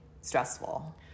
stressful